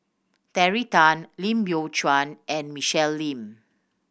Terry Tan Lim Biow Chuan and Michelle Lim